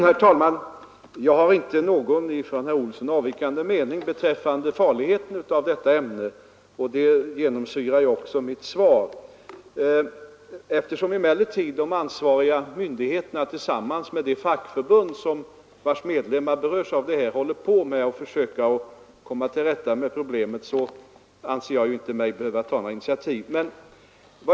Herr talman! Jag har inte någon annan mening än herr Olsson i Stockholm beträffande farligheten av detta ämne. Det genomsyrar också mitt svar. Eftersom emellertid de ansvariga myndigheterna tillsammans med det fackförbund vars medlemmar berörs försöker komma till rätta med problemet anser jag mig inte behöva ta några initiativ.